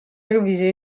ویژه